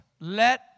let